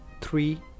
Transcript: three